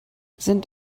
sind